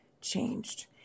changed